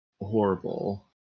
horrible